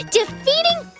defeating